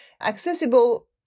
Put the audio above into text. accessible